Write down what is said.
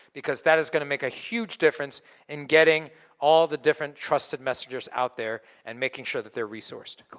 because that is gonna make a huge difference in getting all the different trusted messengers out there and making sure that they're resourced.